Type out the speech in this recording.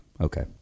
Okay